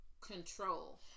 control